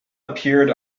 appeared